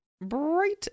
bright